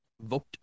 Vote